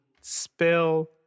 spell